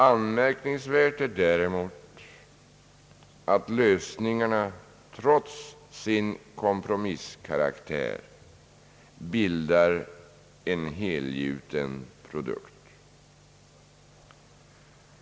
Anmärkningsvärt är däremot att lösningarna trots sin kompromisskaraktär bildar en helgjuten produkt.